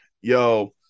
yo